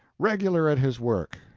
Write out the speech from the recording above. regular at his work,